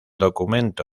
documento